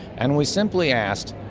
and we simply asked,